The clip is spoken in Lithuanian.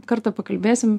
kartą pakalbėsim